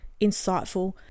insightful